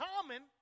common